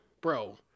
bro